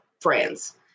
friends